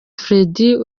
freddy